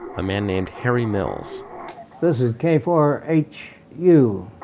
a man named harry mills this is k four h u.